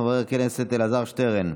חבר הכנסת אלעזר שטרן,